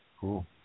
Cool